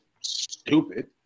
stupid